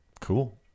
Cool